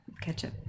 ketchup